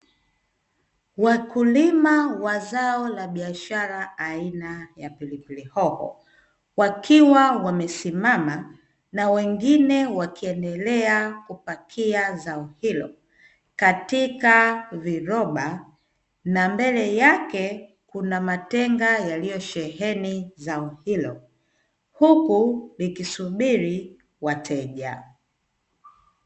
Wakulima wa zao la biashara aina ya pilipili hoho. Wakiwa wamesimama na wengine wakiendelea kupakia zao hilo katika viroba na mbele yake kuna matenga yaliyosheheni zao hilo huku likisubiri wateja.